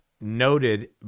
noted